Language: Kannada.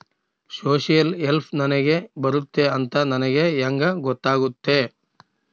ಸೋಶಿಯಲ್ ಹೆಲ್ಪ್ ನನಗೆ ಬರುತ್ತೆ ಅಂತ ನನಗೆ ಹೆಂಗ ಗೊತ್ತಾಗುತ್ತೆ?